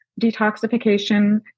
detoxification